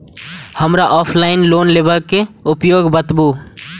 हमरा offline loan लेबे के उपाय बतबु?